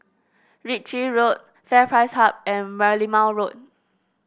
Ritchie Road FairPrice Hub and Merlimau Road